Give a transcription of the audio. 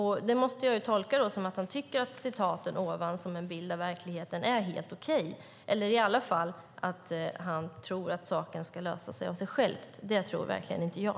Han måste alltså tycka att uttalandena i början av mitt anförande ger en bild av verkligheten som är helt okej, eller i alla fall tror han att saken ska lösa sig av sig själv. Det tror inte jag.